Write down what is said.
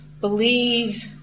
believe